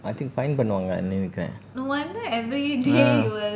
I think fine பண்ணுவாங்க நினைக்கிறன்:pannuvanganu ninaikiren ah